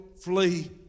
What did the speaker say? flee